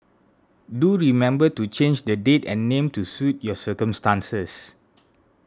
do remember to change the date and name to suit your circumstances